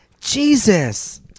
Jesus